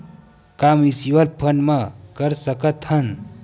का mutual fund म कर सकत हन?